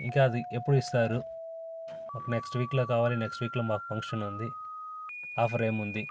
ఇంకా అది ఎప్పుడు ఇస్తారు మాకు నెక్స్ట్ వీక్లో కావాలి మాకు నెక్స్ట్ వీక్లో ఫంక్షన్ ఉంది ఆఫర్ ఏముంది